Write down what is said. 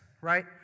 right